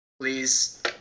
please